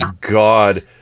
God